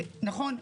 נכון,